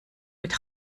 mit